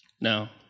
Now